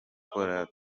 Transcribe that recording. twa